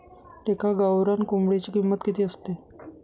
एका गावरान कोंबडीची किंमत किती असते?